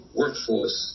workforce